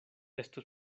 esto